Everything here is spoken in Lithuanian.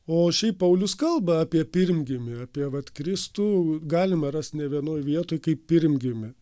o šiaip paulius kalba apie pirmgimį apie vat kristų galima rast ne vienoj vietoj kaip pirmgimį